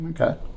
Okay